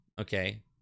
okay